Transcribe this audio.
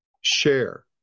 share